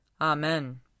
Amen